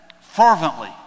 fervently